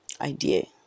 idea